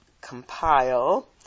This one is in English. compile